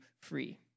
free